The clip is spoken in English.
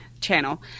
channel